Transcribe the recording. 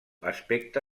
aspecte